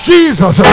Jesus